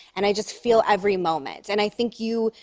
and i just feel every moment. and i think you.